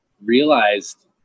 realized